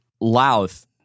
louth